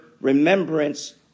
remembrance